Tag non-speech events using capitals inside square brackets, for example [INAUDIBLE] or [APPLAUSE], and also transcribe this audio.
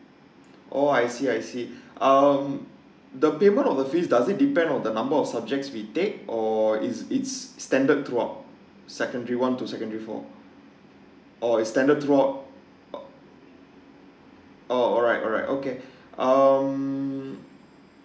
[BREATH] oh I see I see um the payment of the fee does it depend on the number of subjects we take or is is standard throughout secondary one to secondary four oh is standard throughout oh alright alright okay [BREATH] um